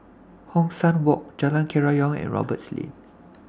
Hong San Walk Jalan Kerayong and Roberts Lane